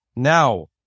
Now